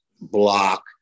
block